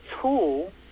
tool